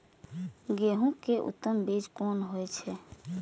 गेंहू के उत्तम बीज कोन होय छे?